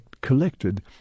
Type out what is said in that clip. collected